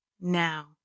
Now